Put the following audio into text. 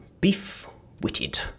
beef-witted